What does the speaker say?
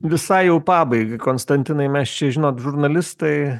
visai jau pabaigai konstantinai mes čia žinot žurnalistai